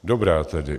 Dobrá tedy.